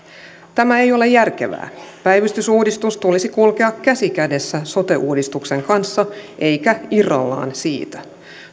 tämä ei ole järkevää päivystysuudistuksen tulisi kulkea käsi kädessä sote uudistuksen kanssa eikä irrallaan siitä